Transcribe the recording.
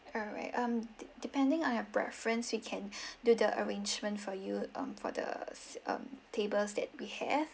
alright um de~ depending on your preference we can do the arrangement for you um for the um tables that we have